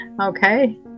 Okay